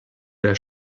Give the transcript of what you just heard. there